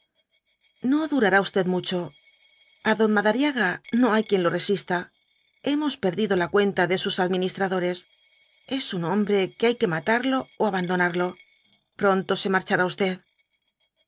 no durará usted mucho a don madariaga no hay quien lo resista hemos perdido la cuenta de sus administradores es un hombre que hay que matarlo ó abandonarlo pronto se marchará usted